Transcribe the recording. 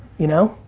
you know?